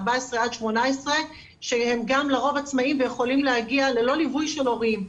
14 עד 18 שהם גם לרוב עצמאים ויכולים להגיע ללא ליווי של הורים.